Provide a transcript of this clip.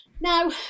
Now